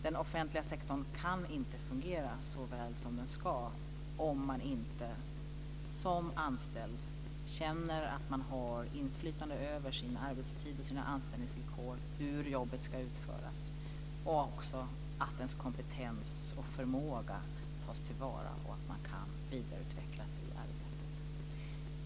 Den offentliga sektorn kan inte fungera så väl som den ska om man som anställd inte känner att man har inflytande över sin arbetstid och sina anställningsvillkor, hur jobbet ska utföras och också att ens kompetens och förmåga tas till vara och att man kan vidareutvecklas i arbetet.